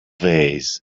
vase